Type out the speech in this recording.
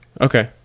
okay